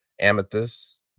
Amethyst